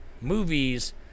movies